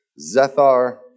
Zethar